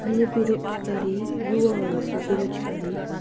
अहिले बेरोजगारी युवाहरूको बेरोजगारी